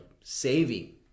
saving